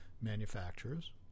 manufacturers